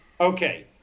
Okay